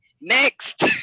next